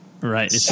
Right